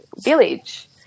village